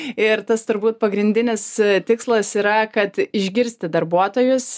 ir tas turbūt pagrindinis tikslas yra kad išgirsti darbuotojus